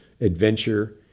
adventure